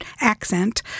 accent